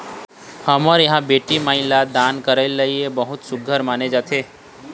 हमर इहाँ बेटी माई ल दान करई ल बहुत सुग्घर माने जाथे